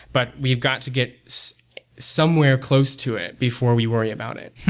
but we've got to get so somewhere close to it before we worry about it.